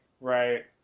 right